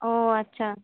ও আচ্ছা